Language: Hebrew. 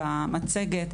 במצגת,